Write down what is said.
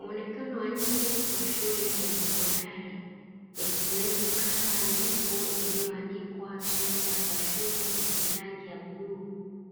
Muonekano wa nje ya shule wa sekondari ikiwepo kamba ndefu iliyoanikwa sweta za shule zenye rangi ya bluu